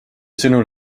sõnul